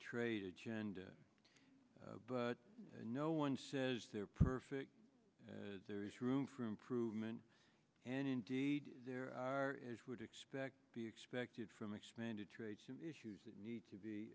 trade agenda but no one says they're perfect there is room for improvement and indeed there are as would expect be expected from expanded traits and issues that need to be